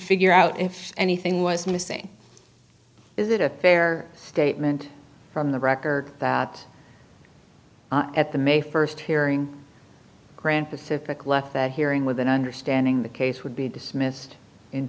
figure out if anything was missing is it a fair statement from the record that at the may first hearing grand pacific left that hearing with an understanding the case would be dismissed